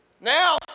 Now